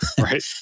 right